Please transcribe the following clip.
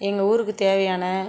எங்கள் ஊருக்கு தேவையான